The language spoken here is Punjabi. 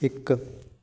ਇੱਕ